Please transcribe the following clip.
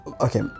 Okay